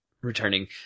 returning